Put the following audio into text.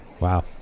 Wow